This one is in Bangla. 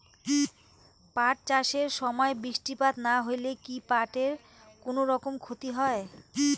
পাট চাষ এর সময় বৃষ্টিপাত না হইলে কি পাট এর কুনোরকম ক্ষতি হয়?